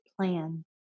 plan